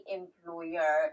employer